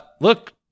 Look